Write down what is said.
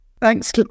Thanks